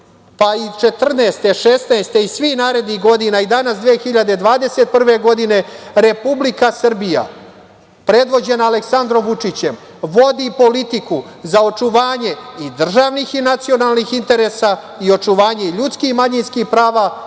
pa i 2014, 2016. i svih narednih godina, i danas, 2021. godine, Republika Srbija, predvođena Aleksandrom Vučićem, vodi politiku za očuvanje i državnih i nacionalnih interesa i očuvanje ljudskih i manjinskih prava